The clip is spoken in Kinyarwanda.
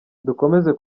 dukomeze